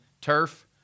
turf